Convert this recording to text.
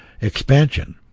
expansion